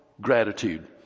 gratitude